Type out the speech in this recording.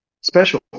special